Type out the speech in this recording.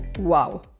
Wow